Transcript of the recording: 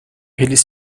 eles